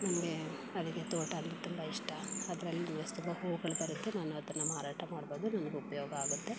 ನನಗೆ ಮಲ್ಲಿಗೆ ತೋಟ ಅಂದರೆ ತುಂಬ ಇಷ್ಟ ಅದರಲ್ಲಿ ಜಾಸ್ತಿ ಹೂವುಗಳು ಬರುತ್ತೆ ನಾನು ಅದನ್ನು ಮಾರಾಟ ಮಾಡ್ಬೋದು ನನಗೆ ಉಪಯೋಗ ಆಗುತ್ತೆ